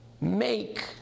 make